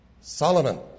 Solomon